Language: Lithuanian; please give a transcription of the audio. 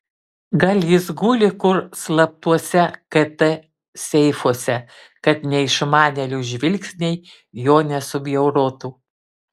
gal jis guli kur slaptuose kt seifuose kad neišmanėlių žvilgsniai jo nesubjaurotų